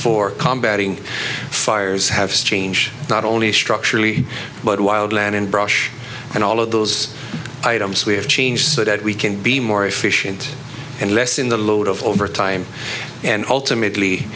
for combat ing fires have strange not only structurally but wild land and brush and all of those items we have changed so that we can be more efficient and less in the load of overtime and ultimately